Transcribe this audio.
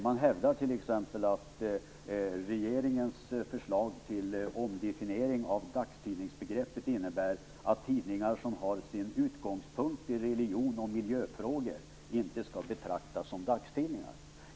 Man hävdar t.ex. att regeringens förslag till omdefiniering av dagstidningsbegreppet innebär att tidningar som har sin utgångspunkt i religion och miljöfrågor inte skall betraktas som dagstidningar.